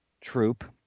troop